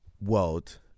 world